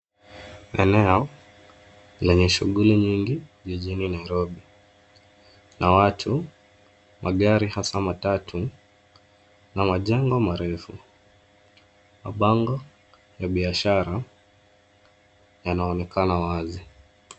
Eneo lenye shughuli nyingi jijini Nairobi na watu na gari hasa matatu na majengo marefu. Mabango ya biashara yanaonekana wazi.